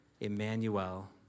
Emmanuel